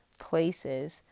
places